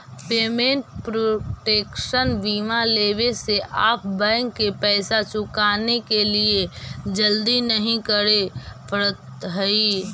payment protection बीमा लेवे से आप बैंक के पैसा चुकाने के लिए जल्दी नहीं करे पड़त हई